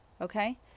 Okay